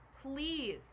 Please